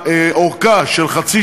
עד סוף